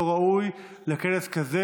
לא ראוי לכנס כזה,